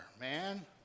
man